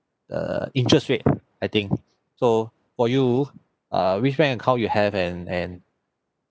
err interest rate I think so for you uh which bank account you have and and